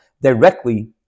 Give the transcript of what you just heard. directly